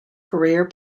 career